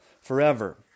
forever